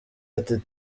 ati